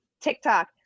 tiktok